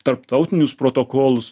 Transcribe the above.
tarptautinius protokolus